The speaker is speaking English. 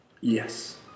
Yes